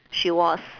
she was